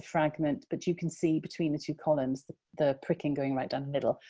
fragment, but you can see between the two columns the the pricking going right down the middle.